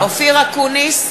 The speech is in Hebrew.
אקוניס,